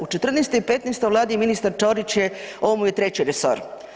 U 14 i 15 Vladi ministar Ćorić je ovo mu je treći resor.